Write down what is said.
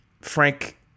Frank